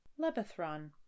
Lebethron